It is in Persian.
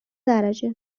درجه